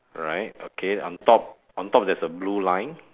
right okay on top on top there's a blue line